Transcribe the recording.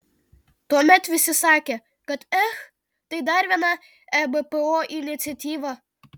tuomet visi sakė kad ech tai dar viena ebpo iniciatyva